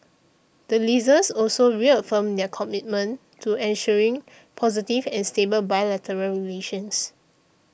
the Leaders also reaffirmed their commitment to ensuring positive and stable bilateral relations